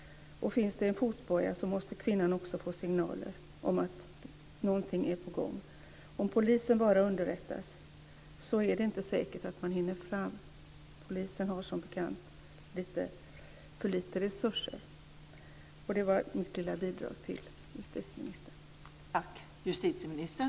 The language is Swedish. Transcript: Och finns det en fotboja måste kvinnan få signaler om att någonting är på gång. Om polisen bara underrättas är det inte säkert att polisen hinner fram. Polisen har som bekant lite för lite resurser. Det var mitt lilla bidrag till justitieministern.